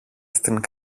στην